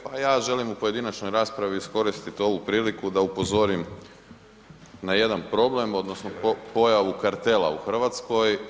Pa ja želim u pojedinačnoj raspravi iskoristiti ovu priliku da upozorim na jedan problem odnosno pojavu kartela u Hrvatskoj.